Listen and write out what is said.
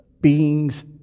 beings